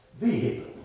vehicle